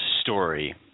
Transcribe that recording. story